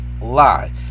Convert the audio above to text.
lie